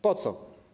Po co?